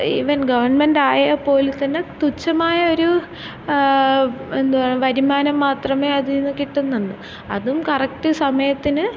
even ഗവൺമെൻറ്റായാൽ പോലും തന്നെ തുച്ഛമായൊരൂ എന്തുവാ വരുമാനം മാത്രമേ അതിൽ നിന്ന് കിട്ടുന്നുള്ളൂ അതും കറക്റ്റ് സമയത്തിന്